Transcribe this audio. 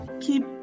keep